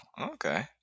Okay